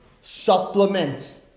supplement